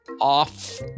off